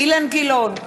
אילן גילאון,